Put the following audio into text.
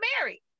married